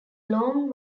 long